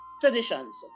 traditions